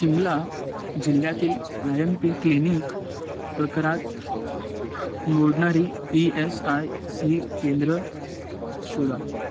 शिमला जिल्ह्यातील I M P clinic प्रकारात मोडणारी ई एस आय सी केंद्रं शोधा